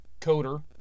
Coder